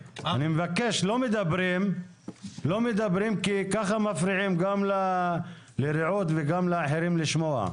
אני מבקש לא מדברים כי זה מפריע לרעות וגם לאחרים לשמוע.